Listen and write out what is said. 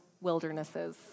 wildernesses